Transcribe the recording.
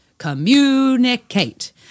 communicate